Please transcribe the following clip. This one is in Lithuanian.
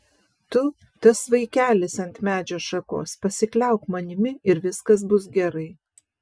tu tas vaikelis ant medžio šakos pasikliauk manimi ir viskas bus gerai